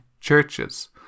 churches